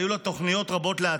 והיו לה תוכניות רבות לעתיד.